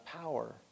power